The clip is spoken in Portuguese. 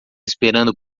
esperando